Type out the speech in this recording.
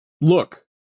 look